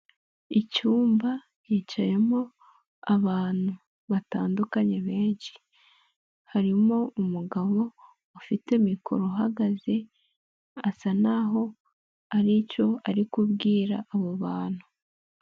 Icyumba hicayemo abantu batandukanye benshi, harimo umugabo ufite mikoro ahahagaze, asa n'aho hari icyo ari kubwira abo bantu.